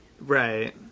Right